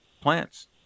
plants